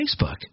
Facebook